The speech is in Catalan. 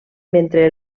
mentre